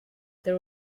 there